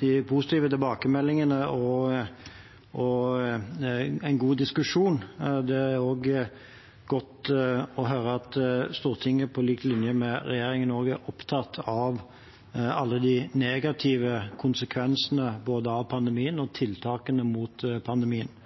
de positive tilbakemeldingene og for en god diskusjon. Det er godt å høre at Stortinget på lik linje med regjeringen er opptatt av alle de negative konsekvensene både av pandemien og av tiltakene mot pandemien.